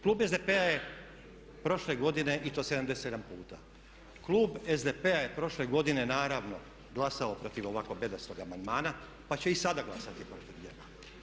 Klub SDP-a je prošle godine i to 77 puta, klub SDP-a je prošle godine naravno glasao protiv ovako bedastog amandmana pa će i sada glasati protiv njega.